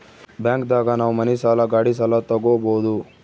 bank ದಾಗ ನಾವ್ ಮನಿ ಸಾಲ ಗಾಡಿ ಸಾಲ ತಗೊಬೋದು